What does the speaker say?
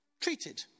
treated